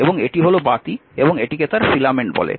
এবং এটি হল বাতি এবং এটিকে তার ফিলামেন্ট বলে